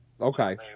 Okay